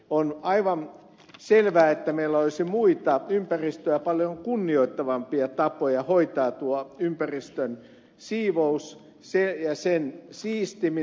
on aivan selvää että meillä olisi muita ympäristöä paljon kunnioittavampia tapoja hoitaa tuo ympäristön siivous ja sen siistiminen